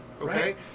Okay